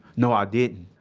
no, i didn't.